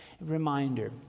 reminder